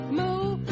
move